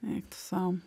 eik tu sau